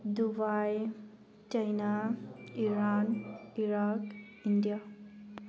Dubai China Iran Iraq India